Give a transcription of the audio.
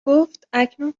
گفتاکنون